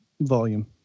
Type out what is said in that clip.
volume